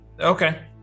Okay